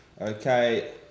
Okay